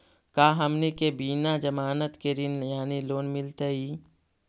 का हमनी के बिना जमानत के ऋण यानी लोन मिलतई?